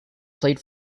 played